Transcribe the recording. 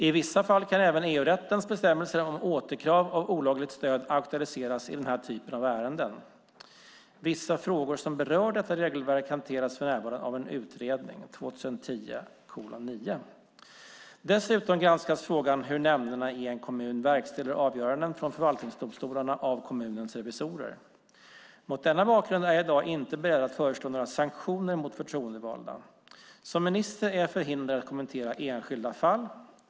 I vissa fall kan även EU-rättens bestämmelser om återkrav av olagligt stöd aktualiseras i den här typen av ärenden. Vissa frågor som berör detta regelverk hanteras för närvarande av en utredning . Dessutom granskas frågan om hur nämnderna i en kommun verkställer avgöranden från förvaltningsdomstolarna av kommunens revisorer. Mot denna bakgrund är jag i dag inte beredd att föreslå några sanktioner mot förtroendevalda. Som minister är jag förhindrad att kommentera enskilda fall.